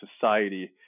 society